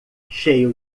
cheio